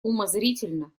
умозрительно